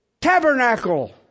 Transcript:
tabernacle